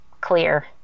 clear